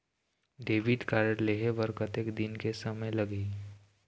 Debit card लेहे बर कतेक दिन के समय लगही?